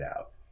out